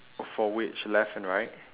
for which left and right